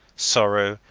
sorrow,